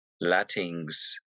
Latins